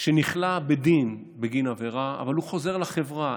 שנכלאים בדין בגין עבירה אבל חוזרים לחברה,